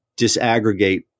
disaggregate